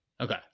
Okay